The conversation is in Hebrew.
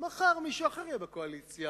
מחר מישהו אחר יהיה בקואליציה,